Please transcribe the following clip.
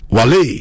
Wale